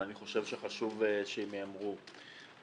אבל אני חושב שחשוב שהם ייאמרו.